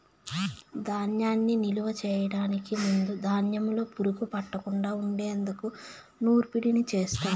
ధాన్యాన్ని నిలువ చేయటానికి ముందు ధాన్యంలో పురుగు పట్టకుండా ఉండేందుకు నూర్పిడిని చేస్తారు